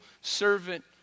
servant